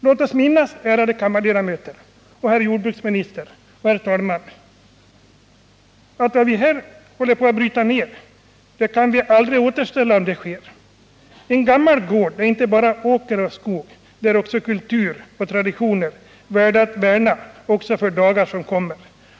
Låt oss minnas, ärade kammarledamöter, herr jordbruksminister och herr talman, att vad vi här håller på att bryta ner aldrig kan återställas när så har skett. En gammal gård är inte bara åker och skog — det är också kultur och tradition, värda att värna också för dagar som kommer.